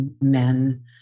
men